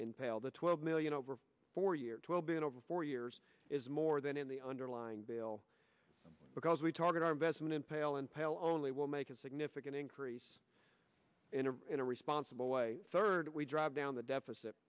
in pal the twelve million over four year twelve b n over four years is more than in the underlying bill because we target our investment impale and pell only will make a significant increase in a responsible way third we drive down the deficit